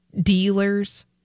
Dealers